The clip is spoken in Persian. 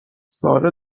ساره